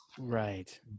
Right